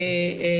ההסכם.